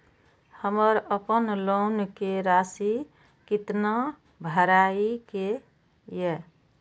हमर अपन लोन के राशि कितना भराई के ये?